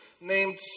named